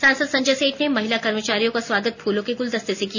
सांसद संजय सेठ ने महिला कर्मचारियों का स्वागत फूलों के गुलदस्ते से किया